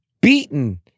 beaten